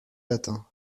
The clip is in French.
atteint